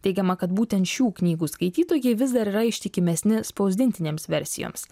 teigiama kad būtent šių knygų skaitytojai vis dar yra ištikimesni spausdintinėms versijoms